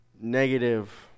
negative